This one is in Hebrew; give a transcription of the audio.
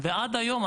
ועד היום,